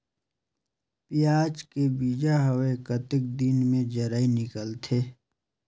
पियाज के बीजा हवे कतेक दिन मे जराई निकलथे?